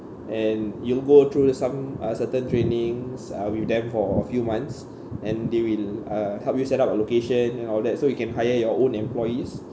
and you'll go through some uh certain trainings uh with them for a few months and they will uh help you set up a location and all that so you can hire your own employees